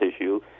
issue